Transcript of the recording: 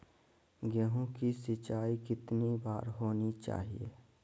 गेहु की सिंचाई कितनी बार होनी चाहिए?